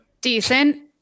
decent